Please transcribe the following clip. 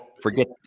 Forget